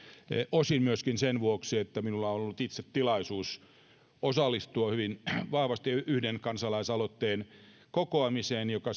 osin myöskin sen vuoksi että minulla on ollut itse tilaisuus osallistua hyvin vahvasti yhden kansalaisaloitteen kokoamiseen joka